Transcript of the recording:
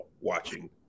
watching